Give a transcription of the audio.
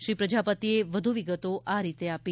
શ્રી પ્રજાપતિએ વધુ વિગતો આ રીતે આપી